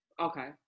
Okay